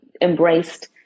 embraced